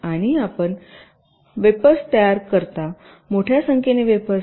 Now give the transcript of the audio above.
आणि आपण वेफर्स तयार करता मोठ्या संख्येने वेफर्स आहेत